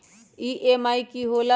EMI की होला?